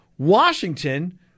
Washington